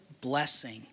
blessing